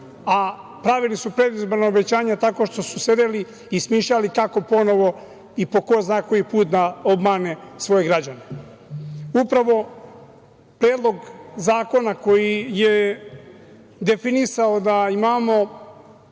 a pravili su predizborna obećanja tako što su sedeli i smišljali kako ponovo i po ko zna koji put da obmanu svoje građane. Upravo predlog zakona koji je definisao da imamo